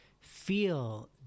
feel